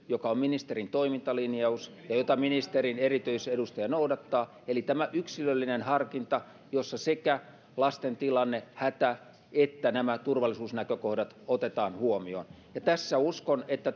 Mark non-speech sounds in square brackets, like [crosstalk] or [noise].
joka on ministerin toimintalinjaus ja jota ministerin erityisedustaja noudattaa eli on tämä yksilöllinen harkinta jossa sekä lasten tilanne hätä että nämä turvallisuusnäkökohdat otetaan huomioon uskon että [unintelligible]